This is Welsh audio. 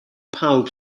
pawb